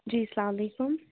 جی اسلامُ علیکُم